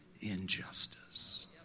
injustice